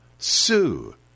Sue